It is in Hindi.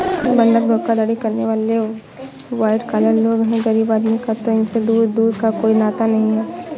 बंधक धोखाधड़ी करने वाले वाइट कॉलर लोग हैं गरीब आदमी का तो इनसे दूर दूर का कोई नाता नहीं है